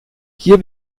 hier